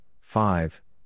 five